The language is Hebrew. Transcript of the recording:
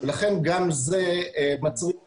לכן, גם זה מצריך זמן,